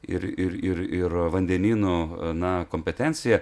ir ir ir ir vandenynų na kompetencija